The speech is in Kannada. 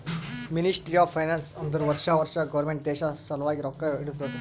ಮಿನಿಸ್ಟ್ರಿ ಆಫ್ ಫೈನಾನ್ಸ್ ಅಂದುರ್ ವರ್ಷಾ ವರ್ಷಾ ಗೌರ್ಮೆಂಟ್ ದೇಶ ಸಲ್ವಾಗಿ ರೊಕ್ಕಾ ಇಡ್ತುದ